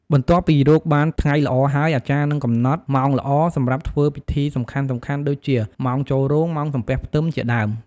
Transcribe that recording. បន្ទាប់ពីរកបានថ្ងៃល្អហើយ អាចារ្យនឹងកំណត់ ម៉ោងល្អ សម្រាប់ធ្វើពិធីសំខាន់ៗ ដូចជា ម៉ោងចូលរោង ម៉ោងសំពះផ្ទឹម ជាដើម។